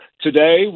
today